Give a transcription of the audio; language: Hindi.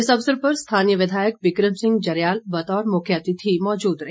इस अवसर पर स्थानीय विधायक बिक्रम सिंह जरयाल बतौर मुख्यतिथि मौजूद रहे